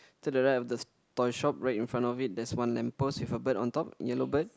to the right of the toy shop right in front of it there's one lamp post with a bird on top yellow bird